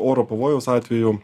oro pavojaus atveju